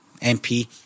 MP